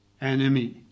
enemy